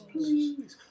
Please